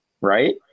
right